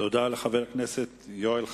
תודה לחבר הכנסת יואל חסון.